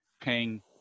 paying